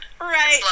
right